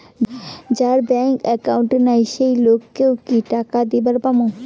যার bank account নাই সেই লোক কে ও কি টাকা দিবার পামু?